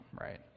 right